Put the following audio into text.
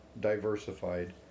diversified